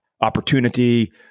opportunity